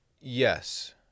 yes